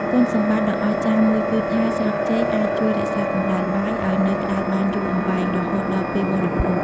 គុណសម្បត្តិដ៏អស្ចារ្យមួយគឺថា ស្លឹកចេកអាចជួយ រក្សាកម្តៅបាយ ឱ្យនៅក្តៅបានយូរអង្វែង រហូតដល់ពេលបរិភោគ។